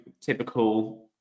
typical